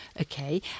Okay